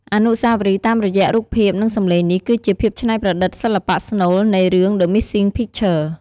អនុស្សាវរីយ៍តាមរយៈរូបភាព និងសំឡេងនេះគឺជាភាពច្នៃប្រឌិតសិល្បៈស្នូលនៃ រឿង "The Missing Picture"។